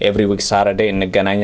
every week saturday and again